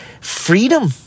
freedom